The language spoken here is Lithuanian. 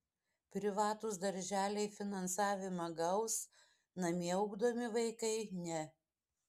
privatūs darželiai finansavimą gaus namie ugdomi vaikai ne